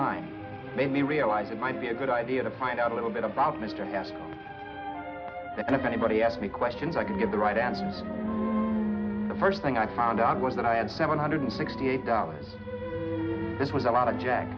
line made me realize it might be a good idea to find out a little bit about mr s and if anybody asked me questions i could get the right answer the first thing i found out was that i had seven hundred sixty eight dollars this was a lot of jack